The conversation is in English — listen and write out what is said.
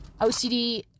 OCD